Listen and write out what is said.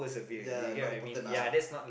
ya not important ah